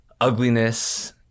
ugliness